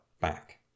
back